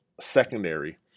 secondary